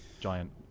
giant